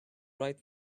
right